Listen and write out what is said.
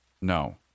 No